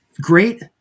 great